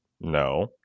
No